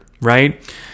right